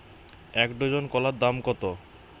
এক ডজন কলার দাম কত?